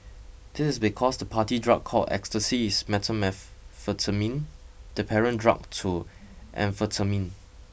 this is because the party drug called Ecstasy is methamphetamine the parent drug to amphetamine